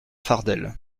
fardel